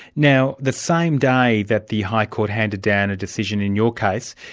now the same day that the high court handed down a decision in your case,